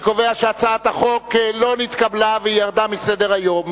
אני קובע שהצעת החוק לא נתקבלה והיא ירדה מסדר-היום.